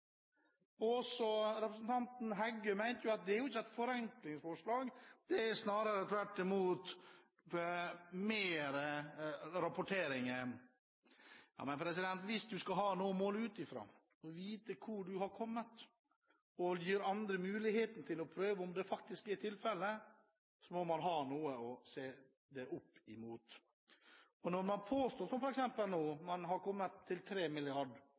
det så viktig med rapportering? Representanten Heggø mente at det ikke er et forenklingsforslag, snarere tvert imot mer rapporteringer. Men hvis man skal ha noe å måle ut fra, vite hvor man har kommet og gi andre muligheten til å prøve om det faktisk er tilfelle, må man ha noe å se det opp mot. Nå påstår man at man har kommet til